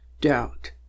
doubt